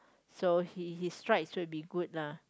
so he he his strides will be good lah